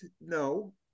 No